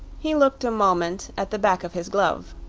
he looked a moment at the back of his glove.